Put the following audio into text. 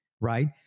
right